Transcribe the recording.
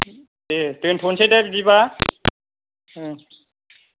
दे दोनथ'नोसै दे बिदिबा